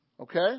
Okay